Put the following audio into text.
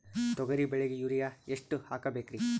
ತೊಗರಿ ಬೆಳಿಗ ಯೂರಿಯಎಷ್ಟು ಹಾಕಬೇಕರಿ?